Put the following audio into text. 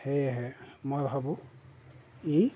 সেয়েহে মই ভাবোঁ ই